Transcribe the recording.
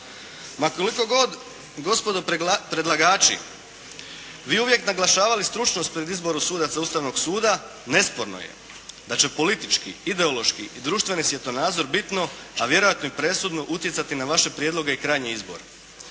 Ma koliko god gospodo predlagači vi uvijek naglašavali stručnost pred izborom sudaca Ustavnog suda nesporno je da će politički, ideološki i društveni svjetonazor bitno a vjerojatno i presudno utjecati na vaše prijedloge i krajnji izbor.